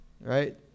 right